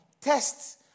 tests